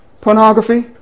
pornography